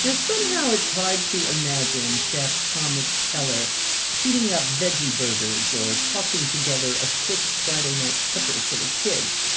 you know somehow it's hard to imagine chef thomas keller heating up veggie burgers or tossing together a quick friday-night supper for the kids.